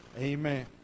amen